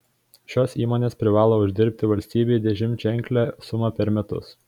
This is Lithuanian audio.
šios įmonės privalo uždirbti valstybei dešimtženklę sumą per metus